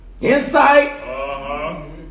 insight